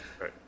Right